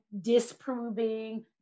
disproving